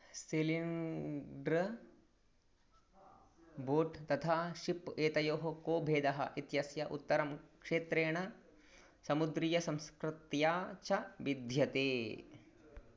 cylinder boat तथा ship एतयोः को भेदः इत्यस्य उत्तरं क्षेत्रेण समुद्रीयसंस्कृत्या च भिद्यते